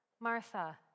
Martha